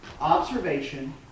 Observation